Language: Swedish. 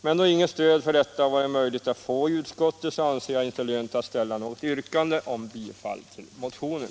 Men då det inte varit möjligt att få något stöd i utskottet, anser jag det inte lönt att ställa något yrkande om bifall till motionen.